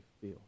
feel